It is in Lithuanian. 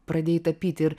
pradėjai tapyti ir